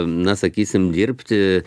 na sakysim dirbti